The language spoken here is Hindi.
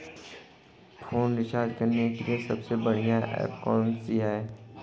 फोन रिचार्ज करने के लिए सबसे बढ़िया ऐप कौन सी है?